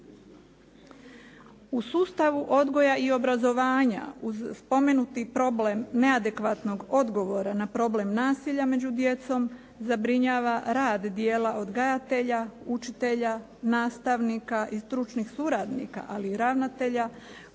U sustavu odgoja i obrazovanja uz spomenuti problem neadekvatnog odgovora na problem nasilja među djecom zabrinjava rad dijela odgajatelja, učitelja, nastavnika i stručnih suradnika, ali i ravnatelja koji